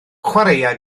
chwaraea